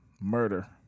murder